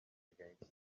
against